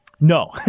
No